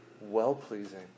Well-pleasing